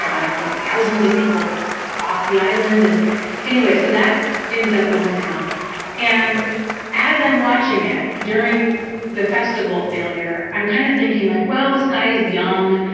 i don't know, thousands of people off the island and anyway, so that ends up going down and as i'm watching it, during the festival failure, i'm kind of thinking like well this guy is young,